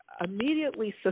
immediately